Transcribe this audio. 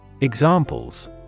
Examples